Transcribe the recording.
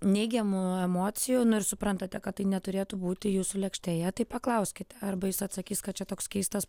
neigiamų emocijų nu ir suprantate kad tai neturėtų būti jūsų lėkštėje tai paklauskite arba jis atsakys kad čia toks keistas